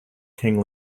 king